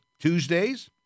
Tuesdays